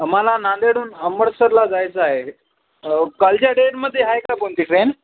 आम्हाला नांदेडून अंमबडसरला जायचं आहे कालच्या डेटमध्ये आहे का कोणती ट्रेन